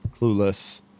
clueless